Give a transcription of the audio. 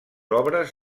obres